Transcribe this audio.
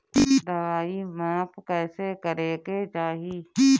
दवाई माप कैसे करेके चाही?